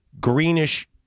greenish